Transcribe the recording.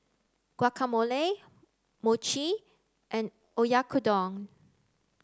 Guacamole Mochi and Oyakodon